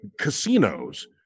casinos